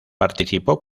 participó